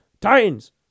Titans